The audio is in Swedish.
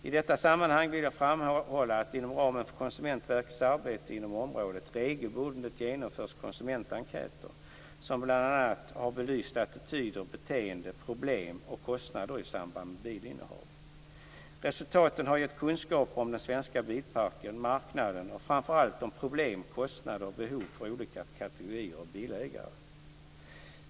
I detta sammanhang vill jag framhålla att det inom ramen för Konsumentverkets arbete inom området regelbundet genomförts konsumentenkäter som bl.a. har belyst attityder, beteenden, problem och kostnader i samband med bilinnehav. Resultaten har gett kunskaper om den svenska bilparken, marknaden och framför allt om problem, kostnader och behov för olika kategorier av bilägare.